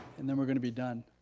and then we're gonna be done.